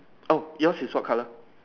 oh yours is what color